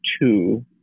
two